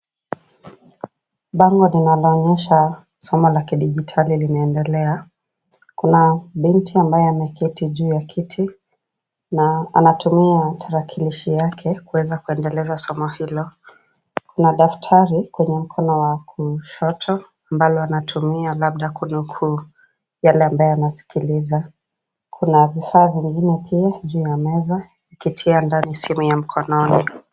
Bango linaloonyesha somo la kidigitali linaendelea, kuna binti ambaye ameketi juu ya kiti na anatumia tarakilishi yake kuweza kuendeleza somo hilo, kuna daftali kwenye mkono wa kushoto ambalo anatumia labda kunukuu yale ambayo anasikiliza. Kuna vifaa vingine pia juu ya meza kitia ndani simu ya mkononi.